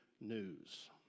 news